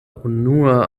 unua